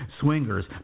swingers